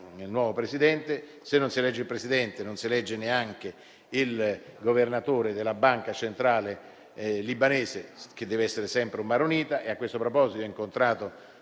il nuovo Presidente. Se non si elegge il Presidente, non si elegge neanche il governatore della Banca centrale libanese, che deve essere sempre un maronita.